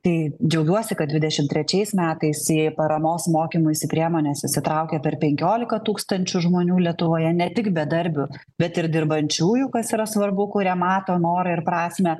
tai džiaugiuosi kad dvidešimt trečiais metais į paramos mokymuisi priemones įsitraukė tarp penkiolika tūkstančių žmonių lietuvoje ne tik bedarbių bet ir dirbančiųjų kas yra svarbu kurie mato norą ir prasmę